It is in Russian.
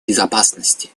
безопасности